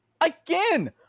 Again